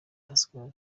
pascal